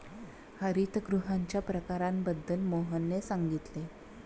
हरितगृहांच्या प्रकारांबद्दल मोहनने सांगितले